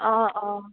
অঁ অঁ